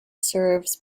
serves